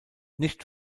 nicht